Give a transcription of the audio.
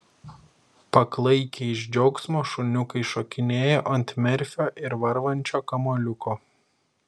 paklaikę iš džiaugsmo šuniukai šokinėjo ant merfio ir varvančio kamuoliuko